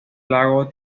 lago